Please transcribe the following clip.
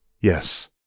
Yes